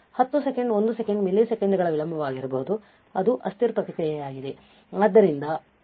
10 second second ಮಿಲಿಸೆಕೆಂಡ್ಗಳ ವಿಳಂಬಆಗಿರಬಹುದು ಅದು ಅಸ್ಥಿರ ಪ್ರತಿಕ್ರಿಯೆಯಾಗಿದೆ